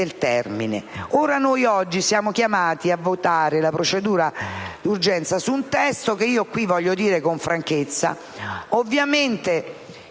del termine.